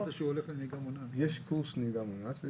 יש קורס נהיגה מונעת.